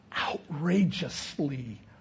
outrageously